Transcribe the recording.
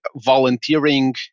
volunteering